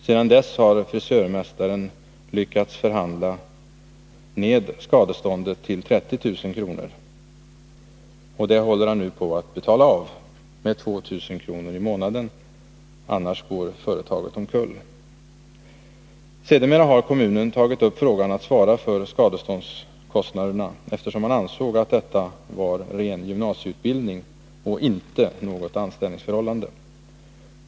Sedan dess har frisörmästaren lyckats förhandla ned skadeståndet till 30 000 kr. Och det håller han nu på att betala av, med 2 000 kr. i månaden; annars går företaget omkull. Sedermera har kommunen tagit upp frågan om att svara för skadeståndskostnaderna, 2 eftersom man ansåg att detta var ren gymnasieutbildning — och inte något anställningsförhållande.